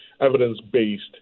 evidence-based